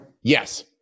Yes